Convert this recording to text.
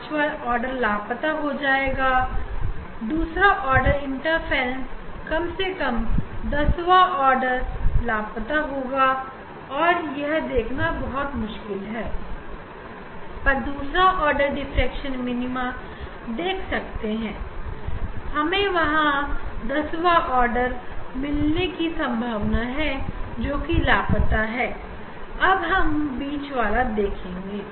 पांचवा ऑर्डर लापता हो गया होगा दूसरा ऑर्डर इंटरफेरेंस कम से कम दसवां ऑर्डर लापता होगा पर यहां देखना मुश्किल है पर मैं दूसरा आर्डर डिफ्रेक्शन मिनीमा देख सकता हूं वहां हमें 10 वा ऑर्डर मिलने की संभावना है जो कि लापता है अब हम बीच वाला देखेंगे